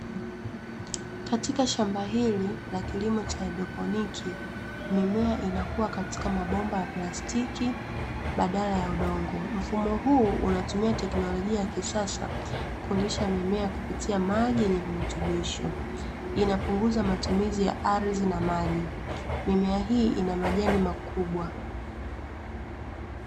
Katika shamba hili la kilimo cha "haidroponiki", mimea inakua katika mabomba ya plastiki badala ya udongo. Mfumo huu unatumia teknolojia ya kisasa kulisha mimea kupitia maji yenye virutubisho. Inapunguza matumizi ya ardhi na maji. Mimea hii ina majani makubwa.